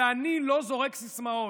ואני לא זורק סיסמאות,